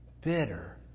bitter